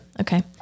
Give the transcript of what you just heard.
Okay